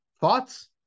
Thoughts